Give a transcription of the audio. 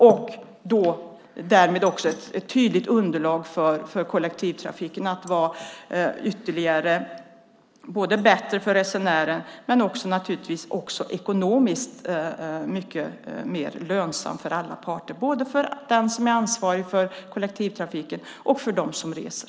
Därmed får kollektivtrafiken också ett tydligt underlag för att vara ännu bättre för resenären men naturligtvis också ekonomiskt mycket mer lönsam för alla parter, både för den som är ansvarig för kollektivtrafiken och för dem som reser.